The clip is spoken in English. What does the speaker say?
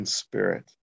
spirit